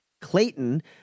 Clayton